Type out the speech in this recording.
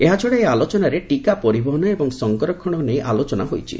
ଏହାଛଡ଼ା ଏହି ଆଲୋଚନାରେ ଟୀକା ପରିବହନ ଏବଂ ସଂରକ୍ଷଣ ନେଇ ଆଲୋଚନା ହୋଇଛି